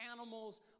animals